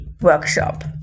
workshop